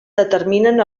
determinen